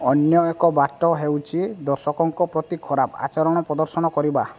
ଅନ୍ୟ ଏକ ବାଟ ହେଉଛି ଦର୍ଶକଙ୍କ ପ୍ରତି ଖରାପ ଆଚରଣ ପ୍ରଦର୍ଶନ କରିବା